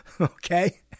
okay